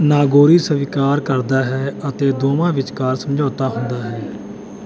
ਨਾਗੋਰੀ ਸਵੀਕਾਰ ਕਰਦਾ ਹੈ ਅਤੇ ਦੋਵਾਂ ਵਿਚਕਾਰ ਸਮਝੌਤਾ ਹੁੰਦਾ ਹੈ